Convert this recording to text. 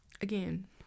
again